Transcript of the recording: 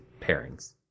pairings